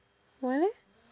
why leh